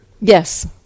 Yes